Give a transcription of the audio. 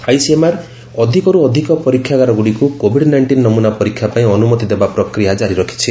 ICMR ଅଧିକର୍ ଅଧିକ ପରୀକ୍ଷାଗାରଗୁଡ଼ିକୁ କୋଭିଡ୍ ନାଇଷ୍ଟିନ୍ ନମୁନା ପରୀକ୍ଷା ପାଇଁ ଅନୁମତି ଦେବା ପ୍ରକ୍ରିୟା କାରି ରଖିଛି